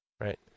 Right